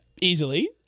Easily